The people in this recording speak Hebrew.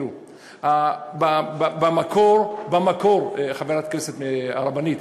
במקור חברת הכנסת, הרבנית,